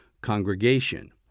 congregation